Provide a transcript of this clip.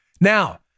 now